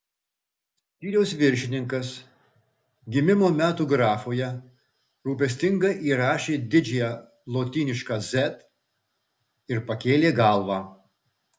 skyriaus viršininkas gimimo metų grafoje rūpestingai įrašė didžiąją lotynišką z ir pakėlė galvą